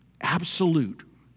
absolute